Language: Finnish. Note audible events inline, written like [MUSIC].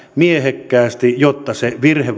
miehekkäästi jotta se virhe [UNINTELLIGIBLE]